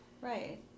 Right